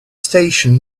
station